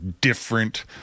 different